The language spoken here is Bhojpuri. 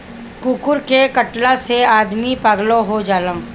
कुकूर के कटला से आदमी पागलो हो जाला